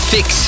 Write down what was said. Fix